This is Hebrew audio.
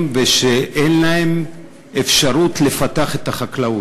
ושאין להם אפשרות לפתח את החקלאות.